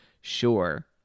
sure